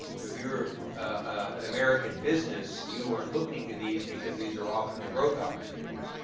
so if you're an american business you are looking to these because these are often the growth opportunities.